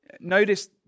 Notice